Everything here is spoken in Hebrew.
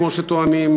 כמו שטוענים,